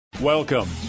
Welcome